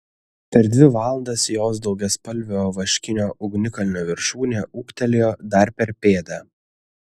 per dvi valandas jos daugiaspalvio vaškinio ugnikalnio viršūnė ūgtelėjo dar per pėdą